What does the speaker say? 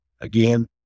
again